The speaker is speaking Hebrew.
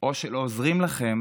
או שלא עוזרים לכם,